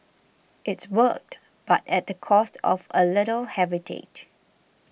it worked but at the cost of a little heritage